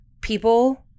People